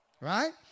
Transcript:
Right